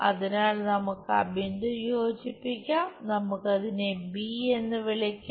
അതിനാൽ നമുക്ക് ആ ബിന്ദു യോജിപ്പിക്കാം നമുക്ക് അതിനെ എന്ന് വിളിക്കാം